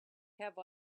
have